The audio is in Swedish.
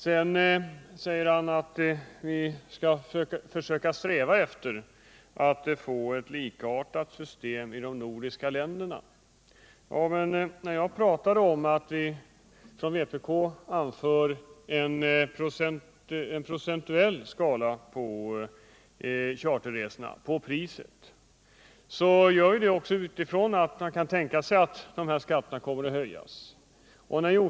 Stig Josefson sade att vi skall försöka sträva efter att få ett likartat system i de nordiska länderna. Som jag redan anfört föreslår vpk en procentuell beskattning av charterresorna, och vi gör det från den utgångspunkten att man kan tänka sig att de här skatterna kommer att höjas.